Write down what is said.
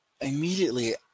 immediately